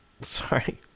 Sorry